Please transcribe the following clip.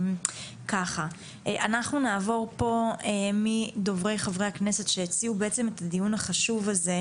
אנחנו נעבור פה מדוברי חברי הכנסת שהציעו בעצם את הדיון החשוב הזה,